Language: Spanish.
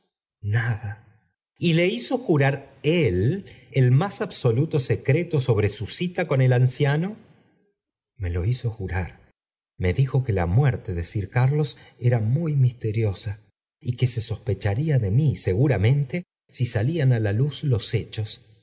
nada y le hizo jurar el el más absoluto secreto sobre su cita con ol anciano me lo hizo jurar mo dijo que la muerte de sir carlos era muy misteriosa y que se nonneeliaria de mi seguramente si salían a luz los hechos